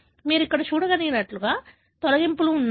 మీరు ఇక్కడ చూడగలిగినట్లుగా తొలగింపులు ఉన్నాయి